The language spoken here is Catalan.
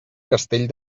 castell